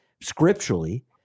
scripturally